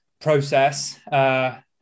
process